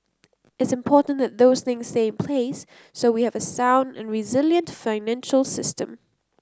it's important that those thing stay in place so we have a sound and resilient financial system